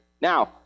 Now